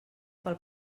pel